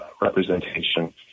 representation